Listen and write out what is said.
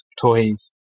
toys